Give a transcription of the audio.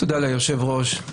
תודה ליושב-ראש.